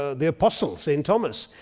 the apostle, saint thomas,